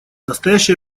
настоящее